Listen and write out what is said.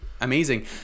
amazing